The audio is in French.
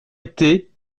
été